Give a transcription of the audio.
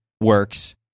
works